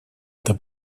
это